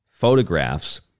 photographs